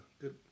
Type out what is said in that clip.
Good